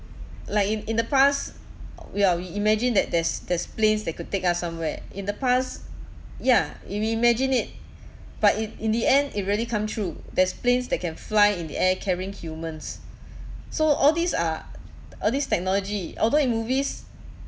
like in in the past we are we imagine that there's there's planes that could take us somewhere in the past ya if we imagine it but it in the end it really come true there's planes that can fly in the air carrying humans so all these are all these technology although in movies